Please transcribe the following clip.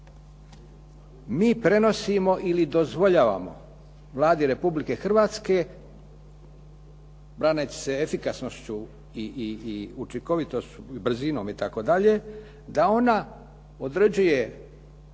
mi prenosimo ili dozvoljavamo Vladi Republike Hrvatske braneći se efikasnošću i učinkovitošću i brzinom itd., da ona određuje